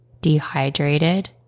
dehydrated